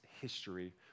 history